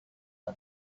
had